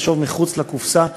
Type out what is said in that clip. לחשוב מחוץ לקופסה,